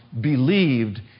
believed